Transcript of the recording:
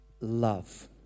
love